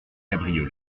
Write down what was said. cabriolet